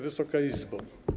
Wysoka Izbo!